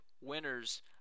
winners